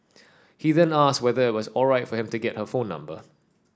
he then asked whether it was alright for him to get her phone number